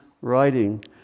writing